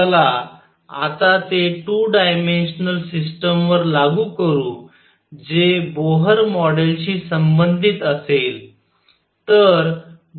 चला आता ते 2 डायमेन्शनल सिस्टमवर लागू करू जे बोहर मॉडेलशी संबंधित असेल